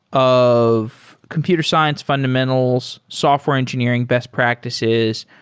of computer science fundamentals, software engineering best practices,